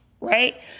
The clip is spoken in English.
right